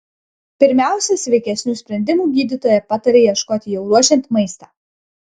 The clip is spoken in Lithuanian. pirmiausia sveikesnių sprendimų gydytoja pataria ieškoti jau ruošiant maistą